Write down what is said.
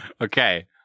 Okay